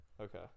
Okay